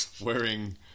wearing